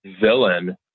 villain